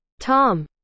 Tom